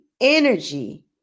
energy